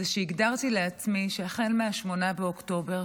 שהגדרתי לעצמי שהחל מ-8 באוקטובר,